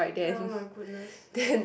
oh-my-goodness